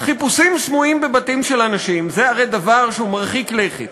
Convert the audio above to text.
חיפושים סמויים בבתים של אנשים זה הרי דבר מרחיק לכת,